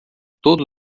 todo